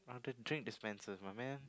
the drink dispensers my man